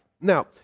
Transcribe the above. Now